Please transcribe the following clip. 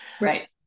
Right